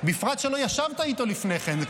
בפרט שלא ישבת איתו לפני כן.